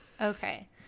okay